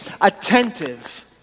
attentive